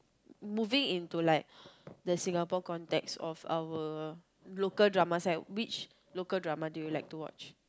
moving into like the Singapore context of our local drama side which local drama do you like to watch